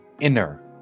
inner